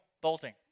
bolting